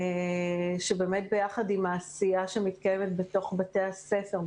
שבאמת ביחד עם העשייה שמתקיימת בבתי הספר,